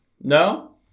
No